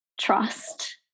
trust